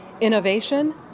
innovation